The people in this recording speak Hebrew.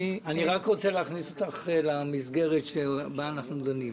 אני רק רוצה להכניס אותך למסגרת שבה אנחנו דנים.